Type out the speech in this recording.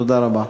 תודה רבה.